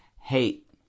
hate